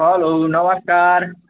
hello नमस्कार